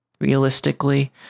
Realistically